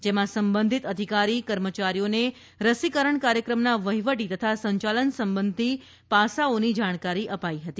જેમાં સંબંધિત અધીકારી કર્મચારીઓને રસીકરણ કાર્યક્રમના વહીવટી તથા સંચાલન સંબંધી પાસાઓની જાણકારી અપાઇ હતી